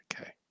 okay